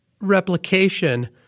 replication